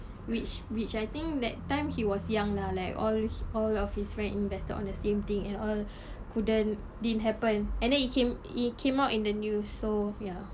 which which I think that time he was young lah like all all of his friend invested on the same thing and all couldn't didn't happen and then it came it came out in the news so ya